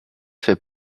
fait